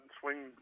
swing